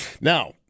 Now